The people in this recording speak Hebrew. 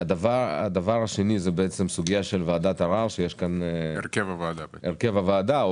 הנושא השני הוא ועדת ערר הרכב הוועדה.